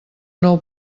nou